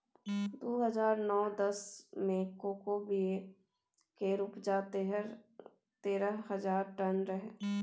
दु हजार नौ दस मे कोको बिया केर उपजा तेरह हजार टन रहै